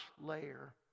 layer